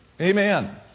Amen